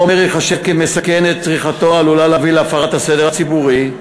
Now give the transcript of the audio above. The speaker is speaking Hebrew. חומר ייחשב מסכן אם צריכתו עלולה להביא להפרת הסדר הציבורי,